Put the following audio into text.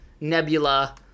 nebula